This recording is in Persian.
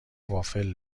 وافل